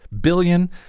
billion